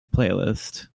playlist